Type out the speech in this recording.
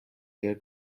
year